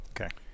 Okay